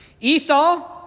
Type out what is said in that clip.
Esau